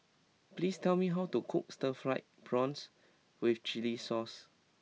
please tell me how to cook Stir Fried Prawns with Chili Sauce